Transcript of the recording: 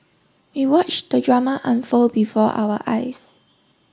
we watched the drama unfold before our eyes